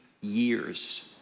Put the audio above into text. years